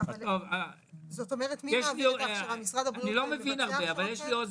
זאת אומרת, מי מעביר את ההכשרה?